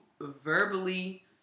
verbally